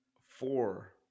four